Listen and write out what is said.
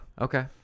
Okay